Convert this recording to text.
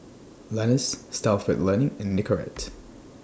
Lenas Stalford Learning and Nicorette